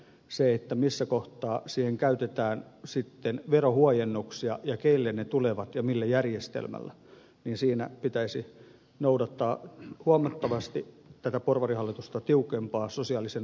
se että missä kohtaa siihen käytetään sitten verohuojennuksia ja keille ne tulevat ja millä järjestelmällä niin siinä pitäisi noudattaa huomattavasti tätä porvarihallitusta tiukempaa sosiaalisen oikeudenmukaisuuden vaatimusta